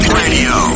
radio